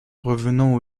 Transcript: revenant